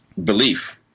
belief